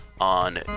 on